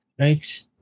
Right